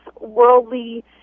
worldly